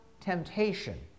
temptation